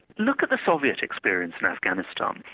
look at the soviet experience in afghanistan.